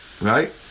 Right